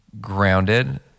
grounded